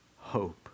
hope